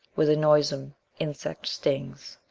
where the noisome insect stings,